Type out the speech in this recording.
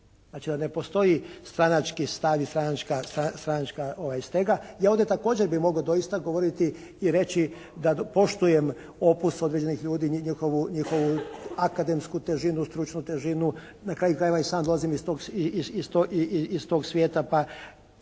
znači da ne postoji stranački stav i stranačka stega. Ja ovdje također bi mogao doista govoriti i reći da poštujem opus određenih ljudi, njihovu akademsku težinu, stručnu težinu, na kraju krajeva i sam dolazim iz tog svijeta